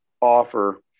offer